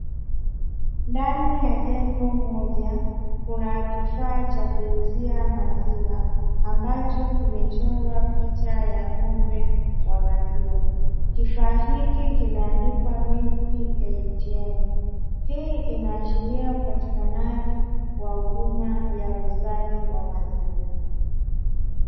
Ndani ya jengo moja, kuna kifaa cha kuuzia maziwa ambacho kimechorwa picha ya ng'ombe wa maziwa. Kifaa hiki kimeandikwa "Milk ATM".Hii inaashiria upatikanaji wa huduma ya uuzaji wa maziwa.